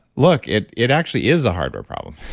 look, it it actually is a hardware problem.